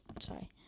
sorry